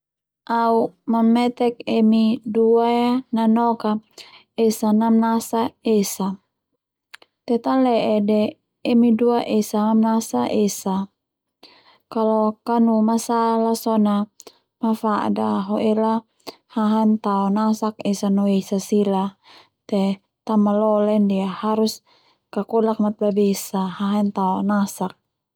Au mametek emi dua ia nanoka esa namnasa esa te tale'e de emi dua esa mamnasa esa kalo kanu masalah sone mafada ho ela hahaen tao nasak esa no esa sila te ta malole ndia kakolak matbabesa hahaen tao nasak.